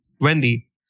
Wendy